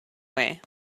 way